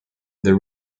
the